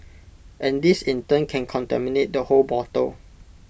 and this in turn can contaminate the whole bottle